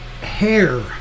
Hair